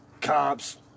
cops